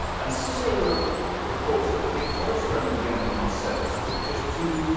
and cicero reports that the victorious roman general marcellus took just two,